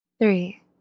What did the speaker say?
three